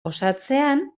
osatzean